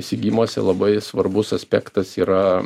įsigijimuose labai svarbus aspektas yra